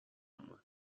اومد